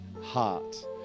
heart